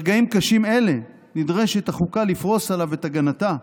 ברגעים קשים אלה נדרשת החוקה לפרוס עליו את הגנתה,